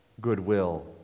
Goodwill